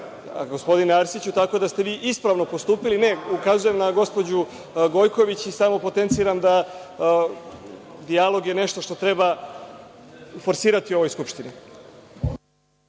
sebe. Gospodine Arsiću, vi ste ispravno postupili. Ne ukazujem na gospođu Gojković i samo potenciram da je dijalog nešto što treba forsirati u ovoj Skupštini.